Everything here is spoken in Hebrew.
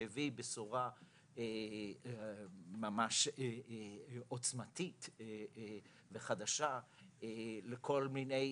שהביא בשורה ממש עוצמתית וחדשה לכל מיני